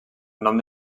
nom